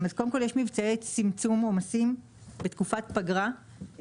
יש מבצעי צמצום עומסים בתקופת פגרה,